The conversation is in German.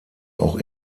auch